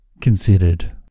considered